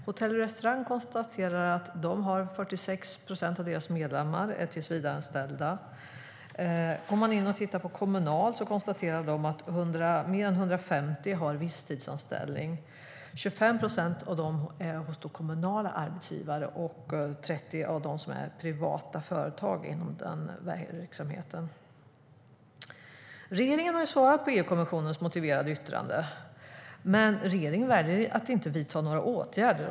Hotell och Restaurangfacket konstaterar att 46 procent av deras medlemmar är tillsvidareanställda. Kommunal konstaterar att mer än 150 000 av deras medlemmar har visstidsanställning. Av dem finns 25 procent hos kommunala arbetsgivare, och 30 procent finns hos privata företag inom verksamheten. Regeringen har svarat på EU-kommissionens motiverade yttrande, men regeringen väljer att inte vidta några åtgärder.